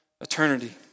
eternity